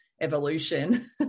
evolution